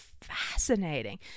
fascinating